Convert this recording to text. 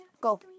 Go